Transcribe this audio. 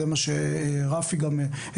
זה מה שרפי גם הראה,